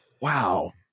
wow